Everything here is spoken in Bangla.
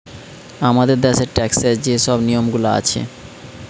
আমাদের দ্যাশের ট্যাক্সের যে শব নিয়মগুলা আছে